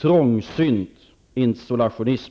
trångsynt isolationism.